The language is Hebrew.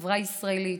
חברה ישראלית,